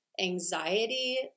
anxiety